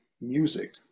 music